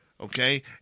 okay